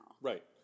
Right